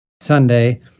Sunday